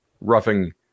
roughing